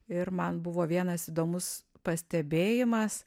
ir man buvo vienas įdomus pastebėjimas